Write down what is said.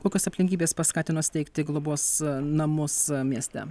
kokios aplinkybės paskatino steigti globos namus mieste